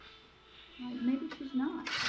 like maybe she's not.